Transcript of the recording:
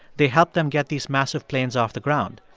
they helped them get these massive planes off the ground.